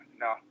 no